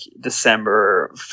December